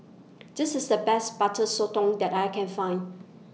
This IS The Best Butter Sotong that I Can Find